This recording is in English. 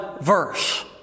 verse